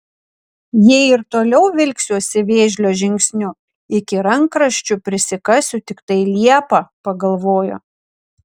jei ir toliau vilksiuosi vėžlio žingsniu iki rankraščių prisikasiu tiktai liepą pagalvojo